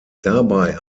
dabei